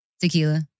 Tequila